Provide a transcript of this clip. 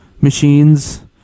machines